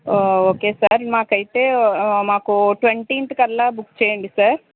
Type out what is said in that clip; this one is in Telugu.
ఓకే సార్ మాకు అయితే మాకు ట్వంటీయత్తు కల్లా బుక్ చెయ్యండి సార్